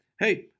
Hey